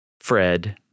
Fred